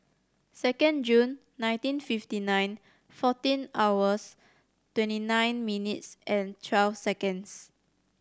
second June nineteen fifty nine fourteen hours twenty nine minutes twelve seconds